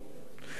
ואני שואל,